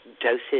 doses